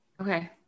Okay